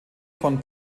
von